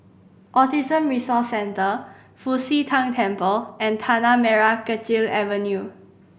Autism Resource Centre Fu Xi Tang Temple and Tanah Merah Kechil Avenue